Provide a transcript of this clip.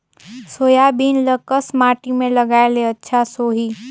Soybean ल कस माटी मे लगाय ले अच्छा सोही?